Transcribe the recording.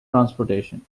transportation